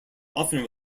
often